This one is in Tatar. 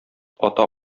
ата